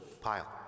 Pile